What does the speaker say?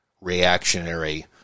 reactionary